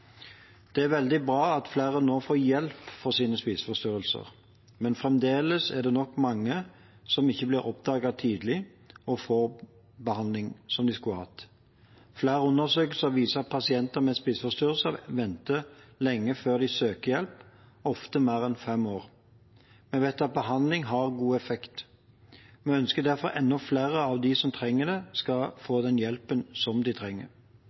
Det er veldig bra at flere nå får hjelp for sine spiseforstyrrelser. Men fremdeles er det nok mange som ikke blir oppdaget tidlig og får behandling som de skulle ha hatt. Flere undersøkelser viser at pasienter med spiseforstyrrelser venter lenge før de søker hjelp, ofte mer enn fem år. Vi vet at behandling har god effekt. Vi ønsker derfor at enda flere av dem som trenger det, skal få den hjelpen de trenger.